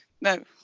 no